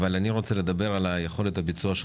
אבל אני רוצה לדבר על יכולת הביצוע שלך.